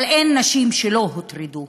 אבל אין נשים שלא הוטרדו.